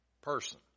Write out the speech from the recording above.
person